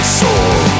soul